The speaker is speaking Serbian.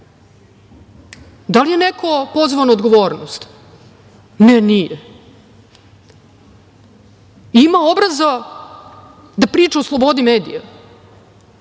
Da li je neko pozvao na odgovornost? Ne, nije. Ima obraza da priča o slobodi medija.